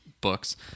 books